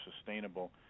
sustainable